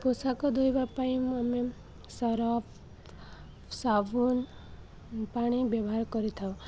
ପୋଷାକ ଧୋଇବା ପାଇଁ ମୁଁ ଆମେ ସର୍ଫ୍ ସାବୁନ ପାଣି ବ୍ୟବହାର କରିଥାଉ